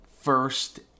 first